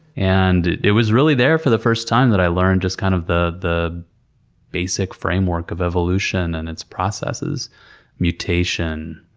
and it was really there for the first time that i learned just, kind of, the basic basic framework of evolution and its processes mutation,